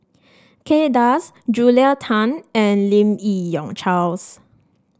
Kay Das Julia Tan and Lim Yi Yong Charles